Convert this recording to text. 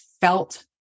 felt